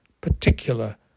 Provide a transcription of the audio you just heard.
particular